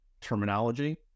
terminology